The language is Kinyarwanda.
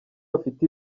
bafite